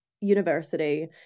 university